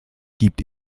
gibt